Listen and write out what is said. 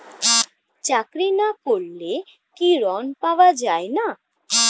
চাকরি না করলে কি ঋণ পাওয়া যায় না?